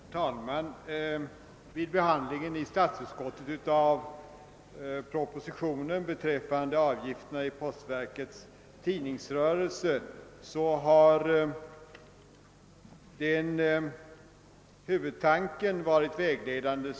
Herr talman! Vid behandlingen i statsutskottet av propositionen beträffande avgifterna i postverkets tidningsrörelse har den huvudtanke varit vägledande.